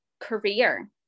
career